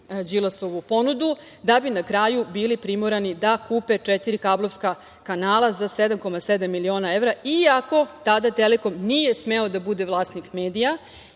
Đilasovu ponudu, da bi na kraju bili primorani da kupe četiri kablovska kanala za 7,7 miliona evra, iako tada „Telekom“ nije smeo da bude vlasnik medija.